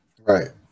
Right